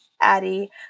Addie